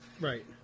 Right